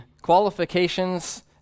qualifications